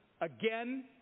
again